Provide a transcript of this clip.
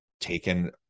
taken